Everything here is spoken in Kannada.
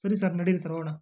ಸರಿ ಸರ್ ನಡೀರಿ ಸರ್ ಹೋಗೋಣ